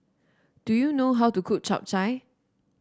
do you know how to cook Chap Chai